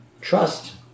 trust